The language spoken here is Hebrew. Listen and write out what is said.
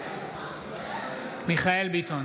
מיכאל ביטון